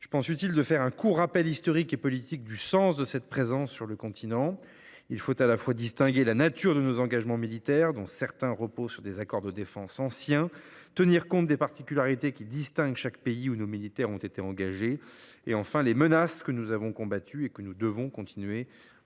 je pense utile de faire un court rappel historique et politique du sens de cette présence. Il faut à la fois distinguer la nature de nos engagements militaires, dont certains reposent sur des accords de défense anciens, tenir compte des particularités qui distinguent chacun des pays où nos militaires ont été engagés, et préciser les menaces que nous avons combattues et que nous devons continuer à combattre.